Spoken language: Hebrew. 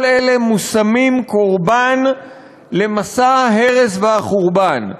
כל אלה מושמים קורבן למסע ההרס והחורבן.